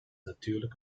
natuurlijk